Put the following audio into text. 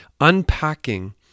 unpacking